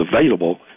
available